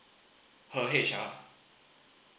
her H_R